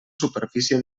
superfície